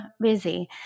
busy